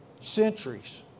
centuries